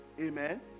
Amen